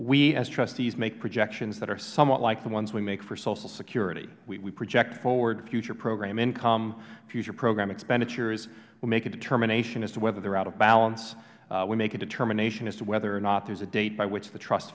we as trustees make projections that are somewhat like the ones we make for social security we project forward future program income future program expenditures we make a determination as to whether they're out of balance we make a determination as to whether or not there's a date by which the trust